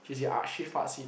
she's the artsy fartsy